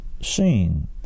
seen